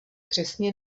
přesně